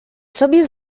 sobie